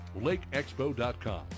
LakeExpo.com